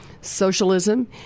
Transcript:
Socialism